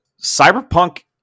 Cyberpunk